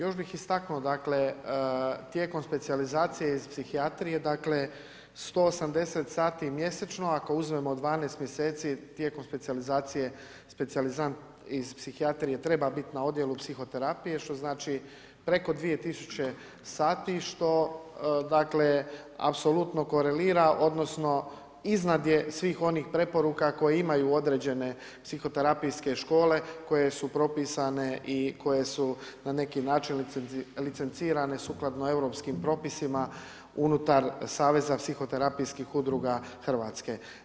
Još bih istaknuo dakle, tijekom specijalizacije i psihijatrije, dakle, 180 sati mjesečno ako uzmemo 12 mjeseci tijekom specijalizacije, specijalizant iz psihijatrije treba biti na odjelu psihoterapije, što znači preko 2000 sati, što dakle, apsolutno korelira, odnosno, iznad je svih onih preporuka koje imaju određene psihoterapijske škole, koje su propisane i koje su na neki način licencirane sukladno europskim propisima unutar Saveza psihoterapijskih udruga Hrvatske.